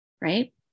Right